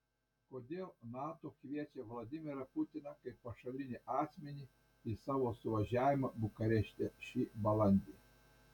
kodėl nato kviečia vladimirą putiną kaip pašalinį asmenį į savo suvažiavimą bukarešte šį balandį